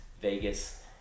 Vegas